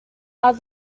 are